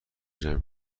جمع